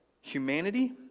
humanity